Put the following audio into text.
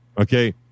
okay